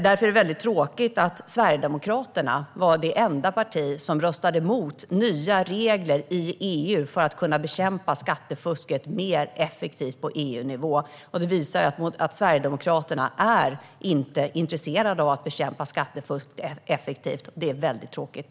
Därför är det väldigt tråkigt att Sverigedemokraterna var det enda parti som röstade emot nya regler i EU för att kunna bekämpa skattefusket mer effektivt på EU-nivå. Det visar ju att Sverigedemokraterna inte är intresserade av att bekämpa skattefusket effektivt, och det är väldigt tråkigt.